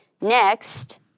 Next